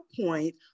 point